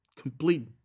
complete